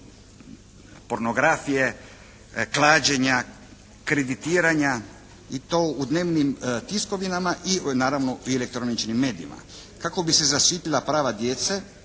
pornografije, klađenja, kreditiranja i to u dnevnim tiskovinama i naravno u okvire …/Govornik se ne razumije./… medijima. Kako bi se zaštitila prava djece,